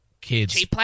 kids